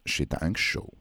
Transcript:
šitą anksčiau